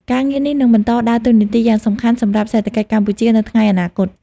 ការងារនេះនឹងបន្តដើរតួនាទីយ៉ាងសំខាន់សម្រាប់សេដ្ឋកិច្ចកម្ពុជាទៅថ្ងៃអនាគត។